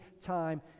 time